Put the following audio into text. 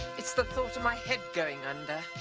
it's the thought of my head going under.